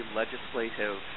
legislative